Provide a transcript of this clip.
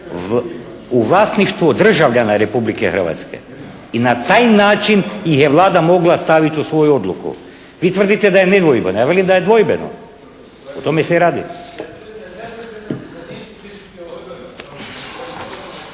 u vlasništvu državljana Republike Hrvatske i na taj način ih je Vlada mogla staviti u svoju odluku. Vi tvrdite da je nedvojbeno. Ja velim da je dvojbeno, o tome se i radi.